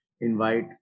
invite